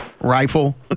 rifle